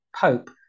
Pope